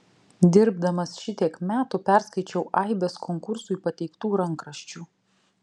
dirbdamas šitiek metų perskaičiau aibes konkursui pateiktų rankraščių